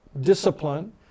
discipline